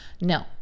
No